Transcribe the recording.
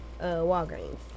Walgreens